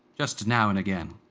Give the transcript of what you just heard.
just now and again.